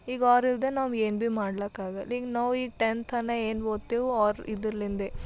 ಈಗ ಅವ್ರು ಇಲ್ಲದೇ ನಾವು ಏನು ಬಿ ಮಾಡ್ಲಾಕೆ ಆಗಲ್ಲ ಈಗ ನಾವು ಈಗ ಟೆಂಥನ ಏನು ಓದ್ತೀವೋ ಅವ್ರು ಇದರ್ಲಿಂದೆ